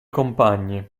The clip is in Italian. compagni